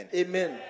amen